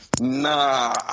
nah